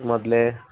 ಮೊದಲೇ